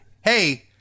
hey